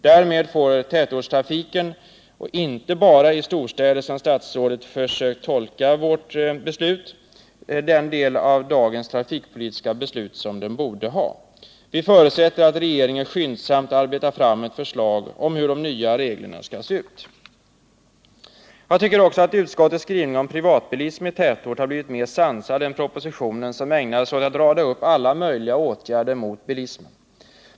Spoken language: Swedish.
Därmed får tätortstrafiken — och inte bara i storstäder som statsrådet försökt tolka vårt beslut — den del av dagens trafikpolitiska beslut som den borde ha. Vi förutsätter att regeringen skyndsamt arbetar fram ett förslag om hur de nya reglerna skall se ut. Jag tycker också att utskottets skrivning om privatbilism i tätort har blivit mer sansad än propositionen som ägnade sig åt att rada upp alla möjliga åtgärder mot bilismen.